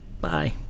Bye